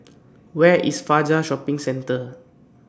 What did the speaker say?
Where IS Fajar Shopping Centre